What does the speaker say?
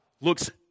looks